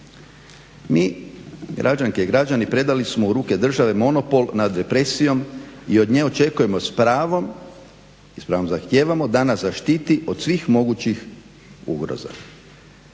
Mi građanke i građani predali smo u ruke države monopol nad represijom i od nje očekujemo s pravom i s pravom zahtijevamo da nas zaštiti od svih mogućih ugroza.